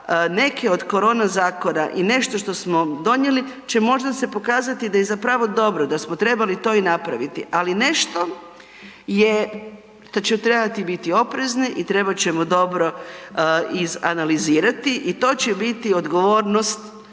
neke od korona zakona i nešto što smo donijeli će se možda pokazati da je zapravo dobro da smo trebali to i napraviti, ali nešto što ćemo trebati biti oprezni i trebat ćemo dobro izanalizirati, to će biti odgovornost